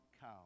cow